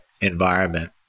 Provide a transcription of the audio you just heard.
environment